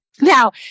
Now